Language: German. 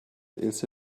ilse